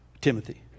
Timothy